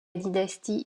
dynastie